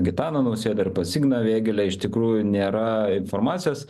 gitaną nausėdą ir pats igną vėgėlę iš tikrųjų nėra informacijos